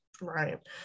right